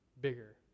bigger